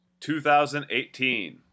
2018